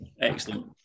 excellent